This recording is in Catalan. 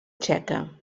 txeca